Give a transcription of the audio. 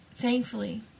thankfully